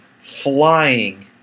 flying